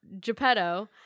Geppetto